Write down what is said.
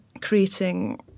creating